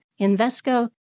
Invesco